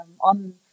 on